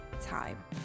time